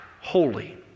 Holy